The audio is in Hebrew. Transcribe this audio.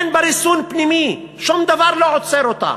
אין בה ריסון פנימי, שום דבר לא עוצר אותה.